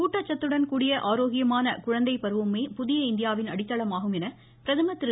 ஊட்டச்சத்துடன்கூடிய ஆரோக்கியமான குழந்தை பருவமுமே புதிய இந்தியாவின் அடித்தளமாகும் என்று பிரதமர் திரு